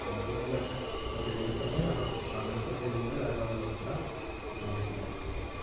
পৰিৱেশ যাতে বিনষ্ট নহয় আৰু ভালদৰে চলি থাকিব পাৰে তাৰ কাৰণে ব্যৱস্থা হৈ থাকিব